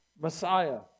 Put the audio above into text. Messiah